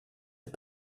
est